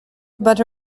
but